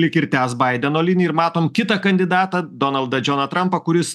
lyg ir tęs baideno liniją ir matom kitą kandidatą donaldą džoną trampą kuris